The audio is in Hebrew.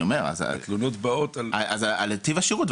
התלונות באות על --- על טיב השירות.